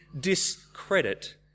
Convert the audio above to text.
discredit